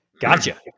Gotcha